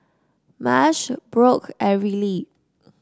Marsh Brock and Riley